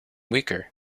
weaker